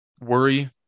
worry